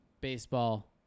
baseball